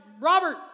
Robert